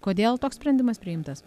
kodėl toks sprendimas priimtas